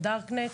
בדארקנט.